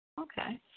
Okay